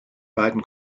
beiden